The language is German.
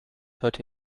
heute